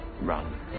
run